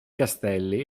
castelli